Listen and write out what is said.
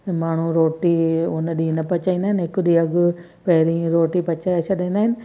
ऐं माण्हू रोटी उन ॾींहुं न पचाईंदा आहिनि हिकु ॾींहुं अॻु पहिरीं रोटी पचाए छॾींदा आहिनि